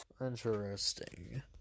Interesting